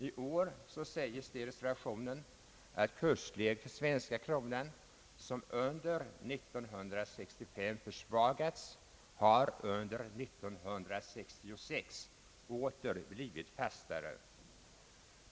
I år sägs det i reservationen att kursläget för svenska kronan, som under 1965 försvagats, under 1966 åter har blivit fastare.